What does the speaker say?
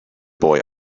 boy